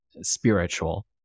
spiritual